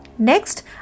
next